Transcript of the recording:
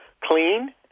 clean